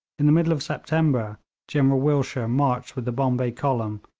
in the middle of september general willshire marched with the bombay column,